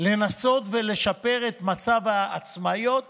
לנסות ולשפר את מצב העצמאיות